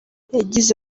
yagize